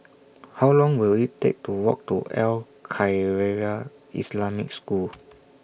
How Long Will IT Take to Walk to Al Khairiah Islamic School